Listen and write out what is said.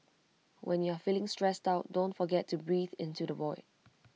when you are feeling stressed out don't forget to breathe into the void